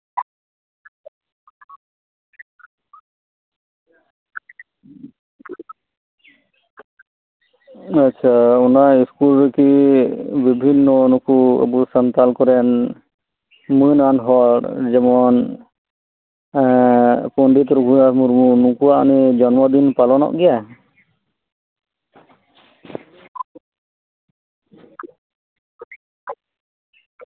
ᱟᱪᱪᱷᱟ ᱚᱱᱟ ᱤᱥᱠᱩᱞ ᱨᱮᱠᱤ ᱵᱤᱵᱷᱤᱱᱱᱚ ᱱᱩᱠᱩ ᱟᱵᱚ ᱥᱟᱱᱛᱟᱞ ᱠᱚᱨᱮᱱ ᱢᱟᱹᱱᱟᱱ ᱦᱚᱲ ᱡᱮᱢᱚᱱ ᱯᱚᱱᱰᱤᱛ ᱨᱚᱜᱷᱩᱱᱟᱛᱷ ᱢᱩᱨᱢᱩ ᱱᱩᱠᱩᱣᱟᱜ ᱡᱚᱱᱢᱚ ᱫᱤᱱ ᱯᱟᱞᱚᱱᱚᱜ ᱜᱮᱭᱟ